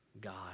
God